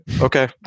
okay